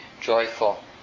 joyful